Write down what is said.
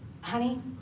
honey